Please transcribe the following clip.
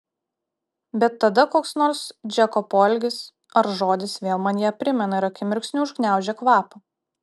bet tada koks nors džeko poelgis ar žodis vėl man ją primena ir akimirksniu užgniaužia kvapą